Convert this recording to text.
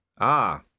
Ah